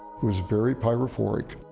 was very pyrophoric,